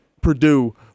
Purdue –